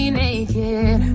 naked